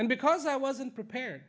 and because i wasn't prepared